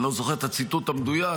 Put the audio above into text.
אני לא זוכר את הציטוט המדויק,